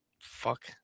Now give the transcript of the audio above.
fuck